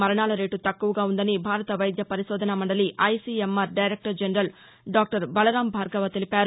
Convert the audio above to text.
మరణాల రేటు తక్కువుగా ఉందని భారత వైద్య పరిశోధన మండలి ICMR director general doctor Balram Bhargava తెలిపారు